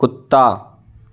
कुत्ता